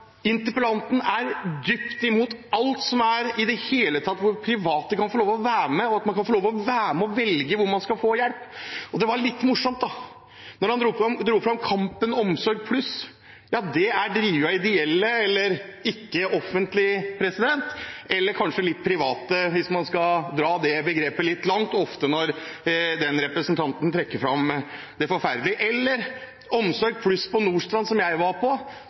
man kan få være med og velge hvor man skal få hjelp. Det var litt morsomt at han dro fram Kampen Omsorg+, som er drevet av ideelle eller ikke-offentlige – eller kanskje litt av private, hvis man skal dra det begrepet litt langt, ofte når denne representanten trekker fram det forferdelige – eller Omsorg+ på Nordstrand, som jeg